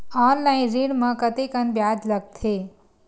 Online ऋण म कतेकन ब्याज लगथे?